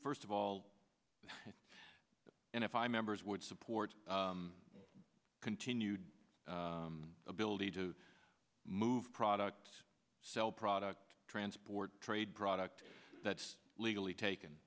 first of all and if i members would support continued ability to move products sell product transport trade product that's legally taken